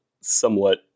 somewhat